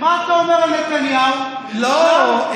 עכשיו, יואב,